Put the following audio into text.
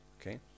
okay